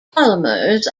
polymers